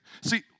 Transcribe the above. See